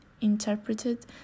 interpreted